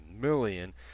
million